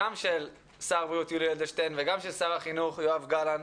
גם של שר הבריאות יולי אדלשטיין וגם של שר החינוך יואב גלנט,